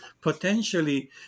potentially